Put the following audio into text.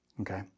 Okay